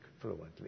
fluently